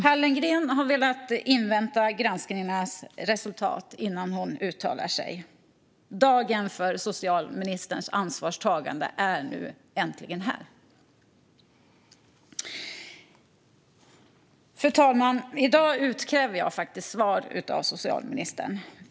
Hallengren har velat invänta granskningarnas resultat innan hon uttalar sig. Dagen för socialministerns ansvarstagande är nu äntligen här. Fru talman! I dag utkräver jag svar av socialministern.